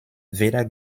weder